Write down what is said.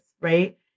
Right